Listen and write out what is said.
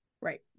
Right